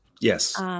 Yes